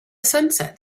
sunset